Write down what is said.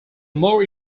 more